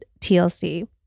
TLC